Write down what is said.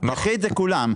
יחיד זה כולם.